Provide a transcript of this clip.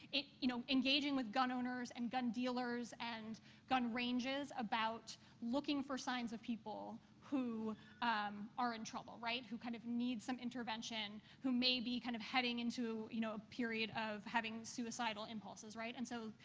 it you know, engaging with gun owners and gun dealers and gun ranges about looking for signs of people who are in trouble, right, who kind of need some intervention, who may be kind of heading into you know a period, you know, of having suicidal impulses, right? and so,